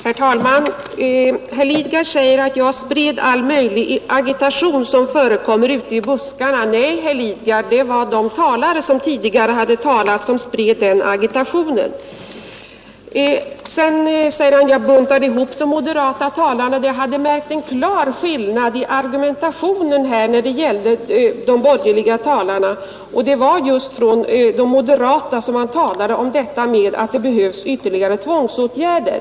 Herr talman! Nu påstår herr Lidgard att jag spred all möjlig agitation som förekommer ute i buskarna. Nej, herr Lidgard, det var de talare som tidigare har varit uppe som spred den agitationen. Sedan säger herr Lidgard att jag buntade ihop de olika moderata talarna, när jag i stället hade märkt en klar skillnad i argumentationen från de borgerliga talarna. Det var just moderata ledamöter som talade om att det behövs ytterligare tvångsåtgärder.